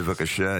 בבקשה.